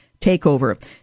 takeover